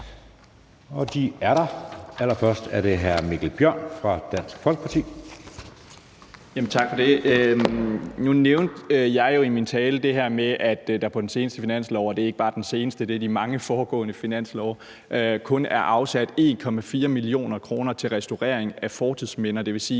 Det er der. Allerførst er det hr. Mikkel Bjørn fra Dansk Folkeparti. Kl. 11:22 Mikkel Bjørn (DF): Tak for det. Nu nævnte jeg jo i min tale det her med, at der på den seneste finanslov – og det er ikke bare den seneste, det er de mange foregående finanslove – kun er afsat 1,4 mio. kr. til restaurering af fortidsminder. Det vil sige,